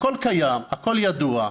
הכול קיים, הכול ידוע.